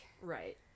right